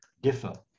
differ